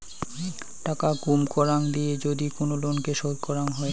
টাকা কুম করাং দিয়ে যদি কোন লোনকে শোধ করাং হই